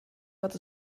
wird